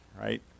right